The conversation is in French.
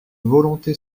volonté